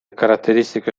caratteristiche